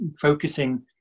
focusing